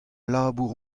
labour